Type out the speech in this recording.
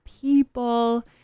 people